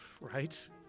Right